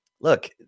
Look